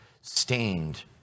stained